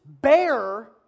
bear